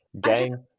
Gang